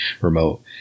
remote